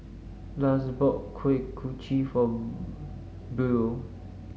Lars bought Kuih Kochi for Buell